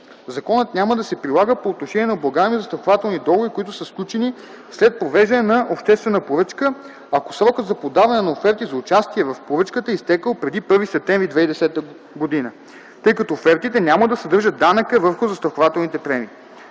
Законът няма да се прилага по отношение на облагаеми застрахователни договори, които са сключени след провеждане на обществена поръчка, ако срокът за подаване на оферти за участие в поръчката е изтекъл преди 1 септември 2010 г., тъй като офертите няма да съдържат данъка върху застрахователните премии.